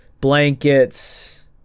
blankets